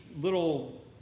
little